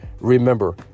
Remember